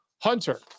Hunter